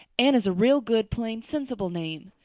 anne is a real good plain sensible name.